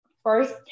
First